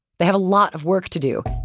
they have a lot of work to do.